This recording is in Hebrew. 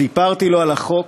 סיפרתי לו על החוק